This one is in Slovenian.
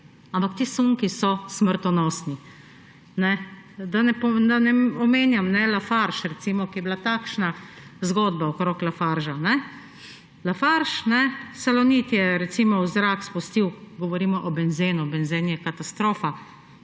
ampak ti sunki so smrtonosni. Da ne omenjam, Lafarga, recimo, ki je bila takšna zgodba okrog Lafarga. Salonit je, recimo, v zrak spustil – govorimo o benzenu, benzen je katastrofa